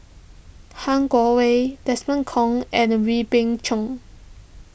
Han Guangwei Desmond Kon and Wee Beng Chong